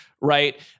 right